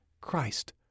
Christ